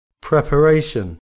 Preparation